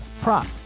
prop